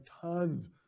tons